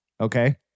Okay